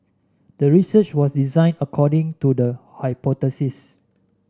the research was designed according to the hypothesis